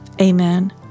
amen